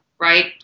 right